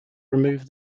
remove